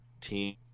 team